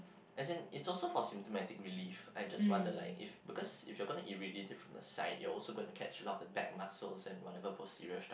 as in it's also for symptomatic relief I just wonder like because if you're gonna irradiate from the side you're also gonna catch along the back muscles and whatever posterior structures